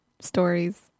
stories